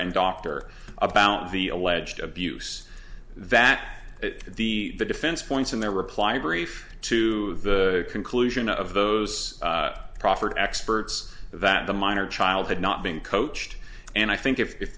and doctor about the alleged abuse that the defense points in their reply brief to the conclusion of those proffered experts that the minor child had not been coached and i think if